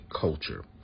culture